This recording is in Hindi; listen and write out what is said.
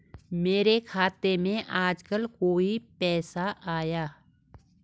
मेरे खाते में आजकल कोई पैसा आया?